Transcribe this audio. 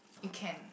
you can